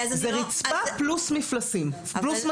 זאת רצפה פלוס מדפים.